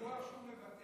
בטוח שהוא מוותר?